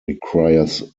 requires